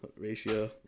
ratio